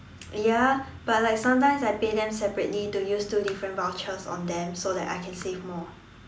ya but like sometimes I pay them separately to use two different vouchers on them so that I can save more